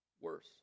Worse